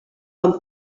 com